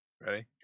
Ready